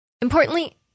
Importantly